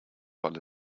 weil